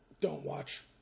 don't-watch